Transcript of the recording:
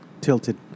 tilted